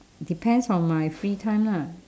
depends on my free time lah